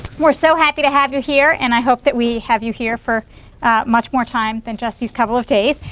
we're so happy to have you here and i hope that we have you here for much more time than just these couple of days.